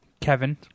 Kevin